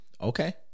Okay